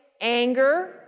Anger